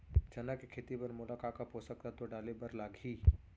चना के खेती बर मोला का का पोसक तत्व डाले बर लागही?